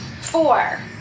Four